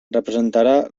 representarà